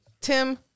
Tim